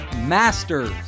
Masters